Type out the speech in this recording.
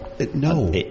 No